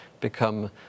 become